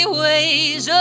ways